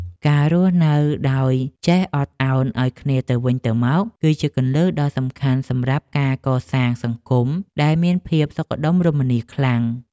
ការរស់នៅដោយចេះអត់ឱនឱ្យគ្នាទៅវិញទៅមក គឺជាគន្លឹះដ៏សំខាន់សម្រាប់ការកសាងសង្គមដែលមានភាពសុខដុមរមនាខ្លាំង។